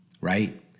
right